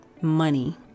money